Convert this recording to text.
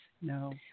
No